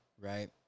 right